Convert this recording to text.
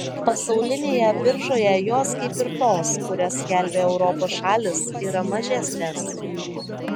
pasaulinėje biržoje jos kaip ir tos kurias skelbia europos šalys yra mažesnės